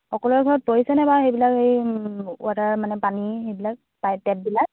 সকলোৰে ঘৰত পৰিছেনে বাৰু সেইবিলাক এই ৱাটাৰ মানে পানী সেইবিলাক পাই টেপবিলাক